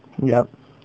yup